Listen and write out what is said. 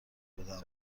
بدهم